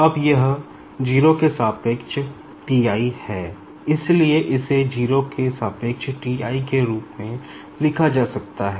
अब यह 0 के सापेक्ष T i है इसलिए इसे 0 के सापेक्ष T i के रूप में लिखा जा सकता है